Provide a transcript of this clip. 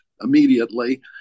immediately